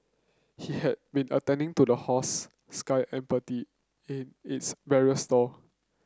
he had been attending to the horse Sky Empathy in its barrier stall